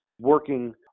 working